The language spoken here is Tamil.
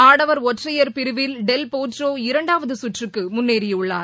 ஆடவர் ஒற்றையர் பிரிவில் டெல் பெட்ரோ இரண்டாவது சுற்றுக்கு முன்னேறியுள்ளார்